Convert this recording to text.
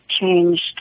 changed